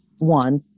one